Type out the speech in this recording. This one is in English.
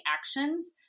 actions